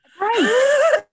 Right